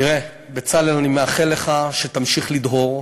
תראה, בצלאל, אני מאחל לך שתמשיך לדהור.